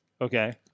Okay